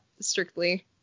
strictly